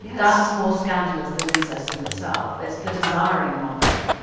that's more scandalous than incest in itself. it's the desiring mother,